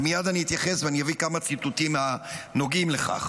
ומייד אני אתייחס ואביא כמה ציטוטים הנוגעים לכך.